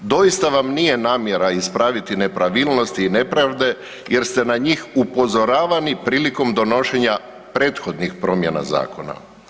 Doista vam nije namjera ispravili nepravilnosti i nepravde jer ste na njih upozoravani prilikom donošenje prethodnih promjena zakona.